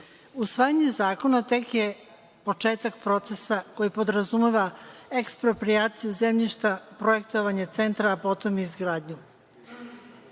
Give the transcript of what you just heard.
Usvajanje zakona tek je početak procesa koji podrazumeva eksproprijaciju zemljišta, projektovanje centra, potom i izgradnju. Naš